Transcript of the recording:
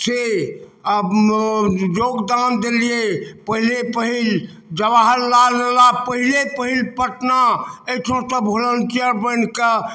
से योगदान देलियै पहिले पहिल जवाहर लाल अयला पहिले पहिल पटना एहिठाम सँ वोलेंटियर बनि के